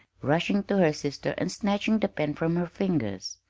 rushing to her sister and snatching the pen from her fingers.